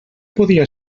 podia